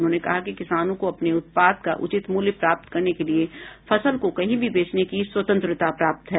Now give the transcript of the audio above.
उन्होंने कहा कि किसानों को अपने उत्पाद का उचित मूल्य प्राप्त करने के लिये फसल को कहीं भी बेचने की स्वतंत्रता प्राप्त है